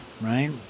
right